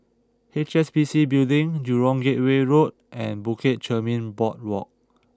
H S B C Building Jurong Gateway Road and Bukit Chermin Boardwalk